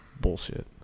Bullshit